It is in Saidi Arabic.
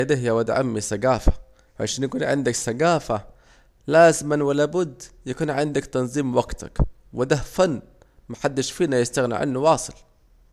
ده يا واد عمي سجافة، وعشان يكون عندك سجافة لازما ولابد يكون عندك تنظيم وقتك، وده فن محدش فينا يستغنى عنه واصل